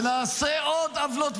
ונעשה עוד עוולות.